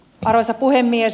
arvoisa puhemies